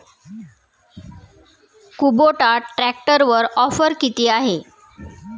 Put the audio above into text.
Kubota ट्रॅक्टरवर offer किती आहे?